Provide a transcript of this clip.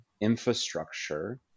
infrastructure